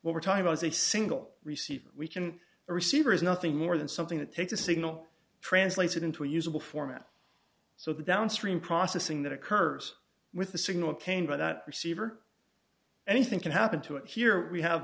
we're talking about as a single receiver we can a receiver is nothing more than something that takes a signal translated into a usable format so the downstream processing that occurs with the signal came by that receiver anything can happen to it here we have